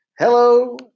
Hello